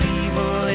evil